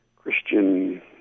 Christian